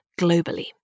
globally